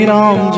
Ram